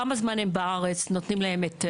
כמה זמן נותנים להם היתר?